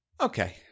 okay